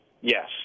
Yes